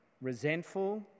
resentful